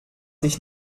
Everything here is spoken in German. dich